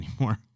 anymore